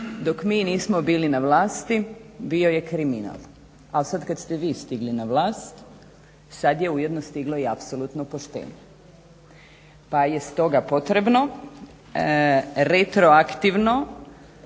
dok mi nismo bili na vlasti bio je kriminal, al sada kada te vi stigli na vlast sada je ujedno stiglo i apsolutno poštenje. Pa je stoga potrebno retroaktivno